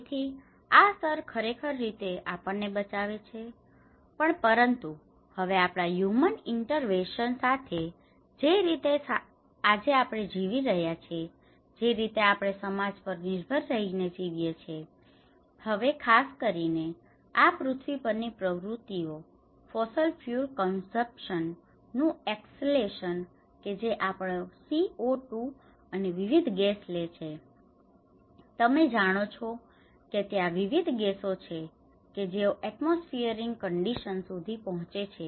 તેથી આ સ્તર ખરેખર રીતે આપણને બચાવે છે પરંતુ હવે આપણા હ્યુમન ઇન્ટરવેન્શન સાથે જે રીતે આજે આપણે જીવી રહ્યા છીએ જે રીતે આપણે સમાજ પર નિર્ભર રહીએ ને જીવીએ છીએ હવે ખાસ કરી ને આ પૃથ્વી પરની પ્રવૃતિઓ ફોસલ ફ્યુલ કંઝપ્સન નું એસ્ક્લૅસન કે જે આપણો CO2 અને વિવિધ ગેસ લે છે તમે જાણો છો કે ત્યાં વિવિધ ગેસો છે કે જેઓ એટમોસ્ફીયરિક કન્ડિશન સુધી પહોંચે છે